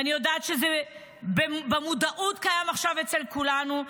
ואני יודעת שזה קיים עכשיו אצל כולנו במודעות,